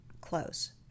close